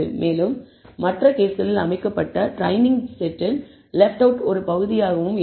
மேலும் மற்ற கேஸ்களில் அமைக்கப்பட்ட ட்ரெயினிங் செட்டின் லெஃப்ட் அவுட் ஒரு பகுதியாகவும் இருக்கும்